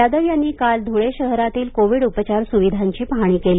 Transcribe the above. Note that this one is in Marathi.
यादव यांनी काल धुळे शहरातील कोविड उपचार सुविधांची पाहणी केली